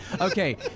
Okay